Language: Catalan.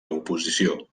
oposició